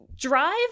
drive